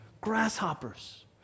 grasshoppers